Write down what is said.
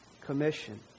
commission